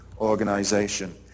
organization